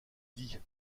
dis